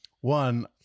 One